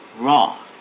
raw